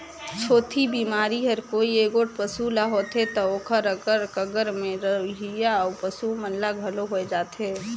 छूतही बेमारी हर कोई एगोट पसू ल होथे त ओखर अगर कगर में रहोइया अउ पसू मन ल घलो होय जाथे